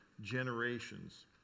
generations